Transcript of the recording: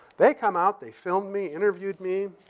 they come out, they filmed me, interviewed me,